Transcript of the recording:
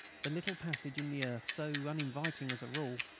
the little passage in the earth, so uninviting as a rule,